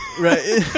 right